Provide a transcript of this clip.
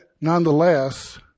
nonetheless